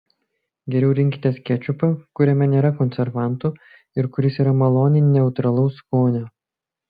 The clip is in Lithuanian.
geriau rinkitės kečupą kuriame nėra konservantų ir kuris yra maloniai neutralaus skonio